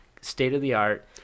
state-of-the-art